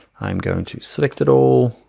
i'm going to select it all.